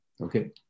Okay